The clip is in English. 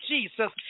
Jesus